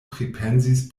pripensis